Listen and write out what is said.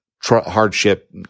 hardship